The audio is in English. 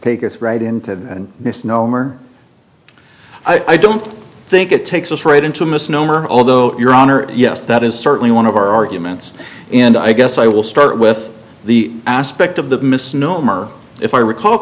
take it right into that and misnomer i don't think it takes us right into a misnomer although your honor yes that is certainly one of our arguments and i guess i will start with the aspect of the misnomer if i recall